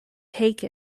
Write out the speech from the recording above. take